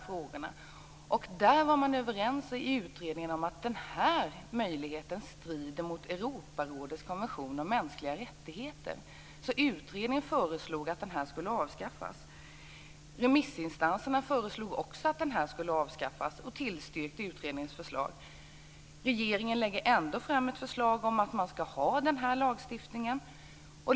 Utredningsledamöterna var överens om att möjligheten till tillfälligt omhändertagande strider mot Europarådets konvention om mänskliga rättigheter. Utredningen föreslog att möjligheten skulle avskaffas. Remissinstanserna föreslog också att möjligheten till tillfälligt omhändertagande skulle avskaffas och tillstyrkte utredningens förslag. Regeringen lägger ändå fram ett förslag om ny lagstiftning.